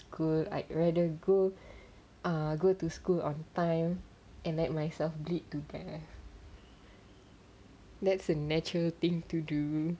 school I'd rather go ah go to school on time and let myself bleed to death that's a natural thing to do